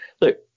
look